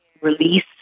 release